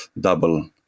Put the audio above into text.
double